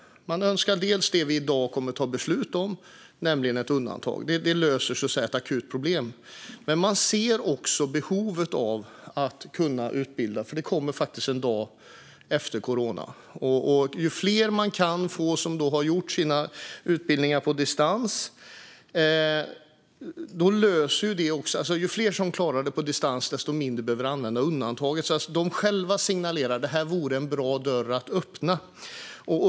De önskar det som vi i dag kommer att ta beslut om, nämligen ett undantag. Detta löser ett akut problem. De ser också behovet av att kunna utbilda, för det kommer faktiskt en dag efter corona. Ju fler som klarar sina utbildningar på distans, desto färre behöver använda undantaget. De signalerar själva att det vore en bra dörr att öppna.